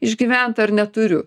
išgyvent ar neturiu